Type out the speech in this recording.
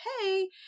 hey